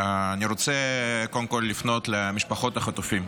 קודם כול אני רוצה לפנות למשפחות החטופים,